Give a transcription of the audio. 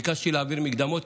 אבל ביקשתי להעביר מקדמות,